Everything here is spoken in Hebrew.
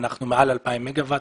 אנחנו מעל 2,000 מגה וואט,